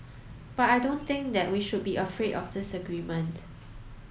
but I don't think that we should be afraid of disagreement